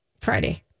Friday